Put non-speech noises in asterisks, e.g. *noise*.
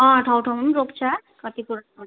ठाँउ ठाँउमा रोक्छ कति *unintelligible*